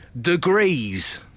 Degrees